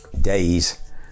days